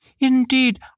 Indeed